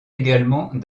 également